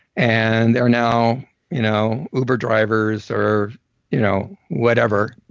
and they're now you know uber drivers or you know whatever